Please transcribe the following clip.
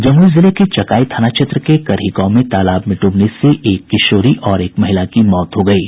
जमुई जिले के चकाई थाना क्षेत्र के करही गांव में तालाब में ड्रबने से एक किशोरी और एक महिला की मौत हो गयी है